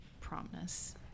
promptness